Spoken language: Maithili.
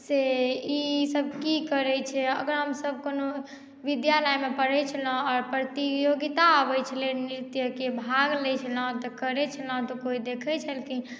से इसब की करय छै अगर हमसब कोनो विद्यालयमे पढ़य छलहुँ आओर प्रतियोगिता अबय छलै नृत्यके भाग लै छलहुँ तऽ करय छलहुँ तऽ कोइ देखय छलखिन